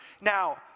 Now